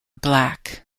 black